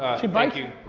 she bites?